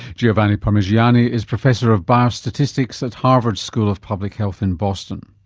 giovanni parmigiani is professor of biostatistics at harvard school of public health in boston.